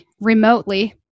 remotely